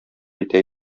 итә